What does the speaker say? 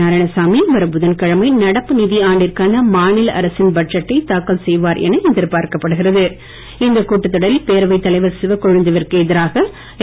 நாராயணசாமி வரும் புதன்கிழமை நடப்பு நிதியாண்டிற்கான மாநில அரசின் பட்ஜெட்டை தாக்கல் செய்வார் என எதிர்பார்க்கப்படுகிறது இக்கூட்டத் தொடரில் பேரவைத் தலைவர் சிவக்கொழுந்து விற்கு எதிராக என்